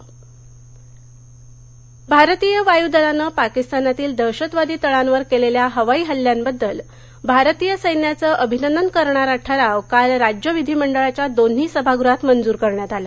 विधानसभा कामकाज भारतीय वायू दलानं पकीस्तानातील दहशतवादी तळांवर केलेल्या हवाई हल्ल्यांबद्दल भारतीय सैन्याचं अभिनंदन करणारा ठराव काल राज्य विधिमंडळच्या दोन्ही सभागृहात मंजूर करण्यात आला